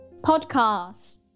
podcast